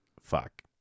Fuck